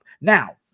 now